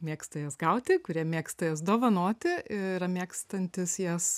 mėgsta jas gauti kurie mėgsta jas dovanoti ir mėgstantys jas